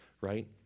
right